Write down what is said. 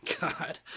God